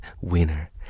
winner